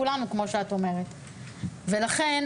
יש לי